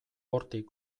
hortik